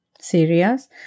serious